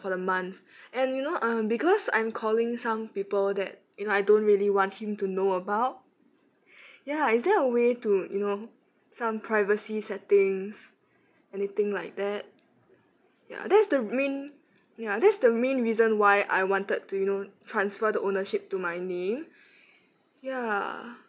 for the month and you know um because I'm calling some people that you know I don't really want him to know about ya is there a way to you know some privacy settings anything like that ya that is the main ya that's the main reason why I wanted to you know transfer the ownership to my name ya